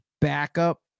backup